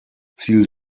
ziel